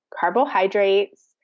carbohydrates